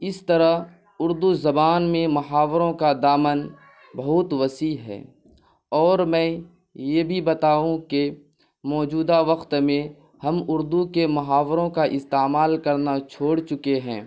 اس طرح اردو زبان میں محاوروں کا دامن بہت وسیع ہے اور میں یہ بھی بتاؤں کہ موجودہ وقت میں ہم اردو کے محاوروں کا استعمال کرنا چھوڑ چکے ہیں